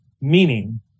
meaning